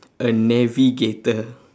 a navigator